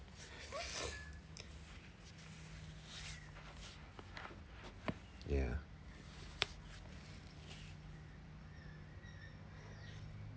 ya